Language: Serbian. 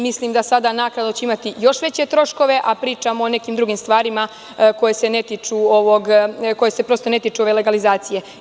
Mislim da će sada naknadno imati još veće troškove, a pričamo o nekim drugim stvarima koje se ne tiču ove legalizacije.